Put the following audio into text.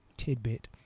Tidbit